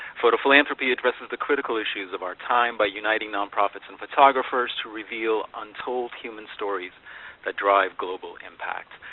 photophilanthropy addresses the critical issues of our time by uniting nonprofits and photographers to reveal untold human stories that drive global impact.